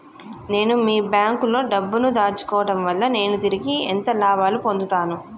నేను మీ బ్యాంకులో డబ్బు ను దాచుకోవటం వల్ల నేను తిరిగి ఎంత లాభాలు పొందుతాను?